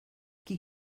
qui